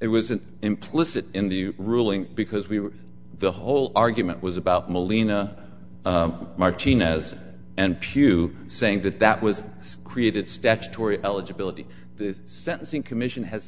it was an implicit in the ruling because we were the whole argument was about molina martinez and pew saying that that was created statutory eligibility the sentencing commission has